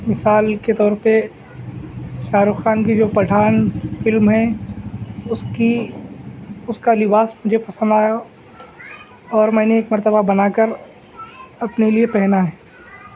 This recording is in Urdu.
مثال کے طور پہ شاہ رخ خان کی جو پٹھان فلم ہے اس کی اس کا لباس مجھے پسند آیا اور میں نے ایک مرتبہ بنا کر اپنے لیے پہنا ہے